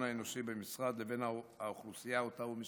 האנושי במשרד לבין האוכלוסייה שאותה הוא משרת.